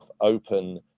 open